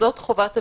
זו חובת הבידוד,